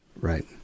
right